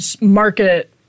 market